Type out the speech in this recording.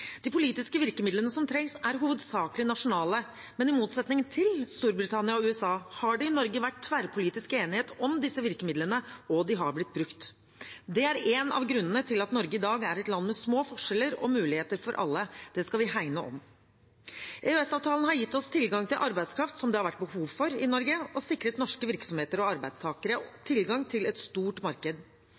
De politiske virkemidlene som trengs, er hovedsakelig nasjonale, men i motsetning til Storbritannia og USA har det i Norge vært tverrpolitisk enighet om disse virkemidlene, og de har blitt brukt. Det er en av grunnene til at Norge i dag er et land med små forskjeller og muligheter for alle. Det skal vi hegne om. EØS-avtalen har gitt oss tilgang til arbeidskraft som det har vært behov for i Norge, og sikret norske virksomheter og arbeidstakere tilgang til et stort marked.